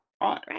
Right